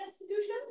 institutions